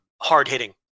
hard-hitting